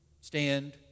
stand